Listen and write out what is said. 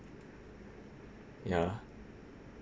ya